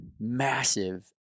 massive